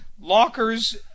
lockers